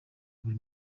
buri